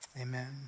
amen